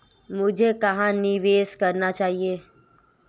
मुझे कहां निवेश करना चाहिए?